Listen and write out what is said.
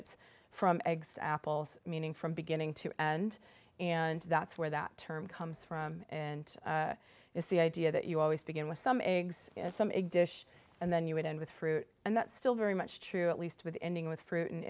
it's from eggs apples meaning from beginning to end and that's where that term comes from and it's the idea that you always begin with some eggs and some a dish and then you would end with fruit and that's still very much true at least with ending with fruit